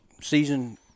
season